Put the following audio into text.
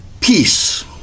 Peace